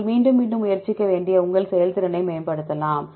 நாங்கள் மீண்டும் மீண்டும் முயற்சிக்க வேண்டிய உங்கள் செயல்திறனை மேம்படுத்தலாம்